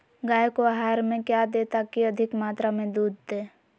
गाय को आहार में क्या दे ताकि अधिक मात्रा मे दूध दे?